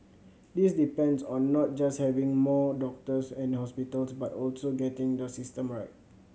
this depends on not just having more doctors and hospitals but also getting the system right